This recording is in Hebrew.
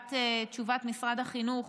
תשובת משרד החינוך